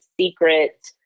secret